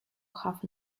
half